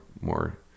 more